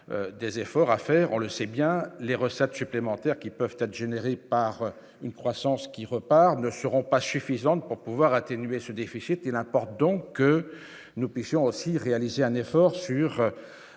des efforts à faire, on le sait bien, les recettes supplémentaires qui peuvent être générés par une croissance qui repart ne seront pas suffisantes pour pouvoir atténuer ce déficit, il importe donc que nous puissions aussi réaliser un effort sur